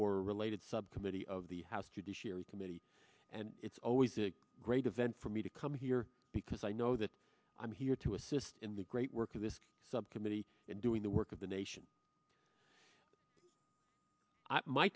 or related subcommittee of the house judiciary committee and it's always a great event for me to come here because i know that i'm here to assist in the great work of this subcommittee in doing the work of the nation i my